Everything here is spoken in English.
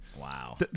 Wow